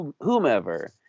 whomever